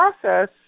process